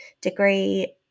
degree